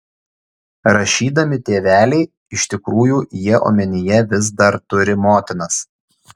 rašydami tėveliai iš tikrųjų jie omenyje vis dar turi motinas